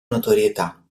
notorietà